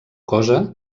cosa